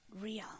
real